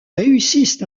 réussissent